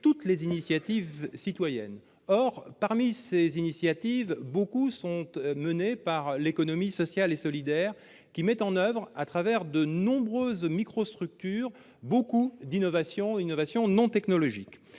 toutes les initiatives citoyennes. Or, parmi ces initiatives, beaucoup sont menées par l'économie sociale et solidaire, qui met en oeuvre à travers de nombreuses microstructures maintes innovations non technologiques.